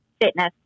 fitness